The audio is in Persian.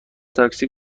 تاکسی